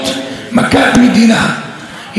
20 נשים נרצחו מתחילת השנה,